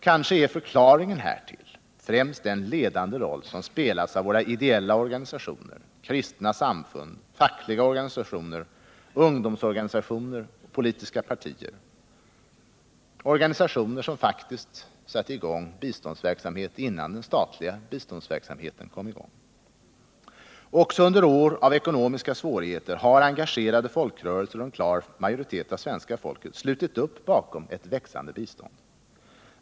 Kanske är förklaringen härtill främst den ledande roll som spelas av våra ideella organisationer, kristna samfund, fackliga organisationer, ungdomsorganisationer, politiska partier — organisationer som faktiskt satte i gång biståndsverksamhet innan den statliga biståndsverksamheten kom i gång. Också under år av ekonomiska svårigheter har i engagerade folkrörelser en klar majoritet av svenska folket slutit upp bakom ett växande bistånd.